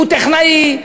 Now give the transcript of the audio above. הוא טכנאי,